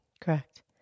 Correct